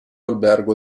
albergo